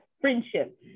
friendship